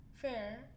Fair